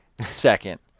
Second